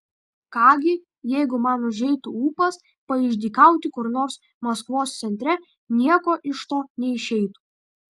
ką gi jeigu man užeitų ūpas paišdykauti kur nors maskvos centre nieko iš to neišeitų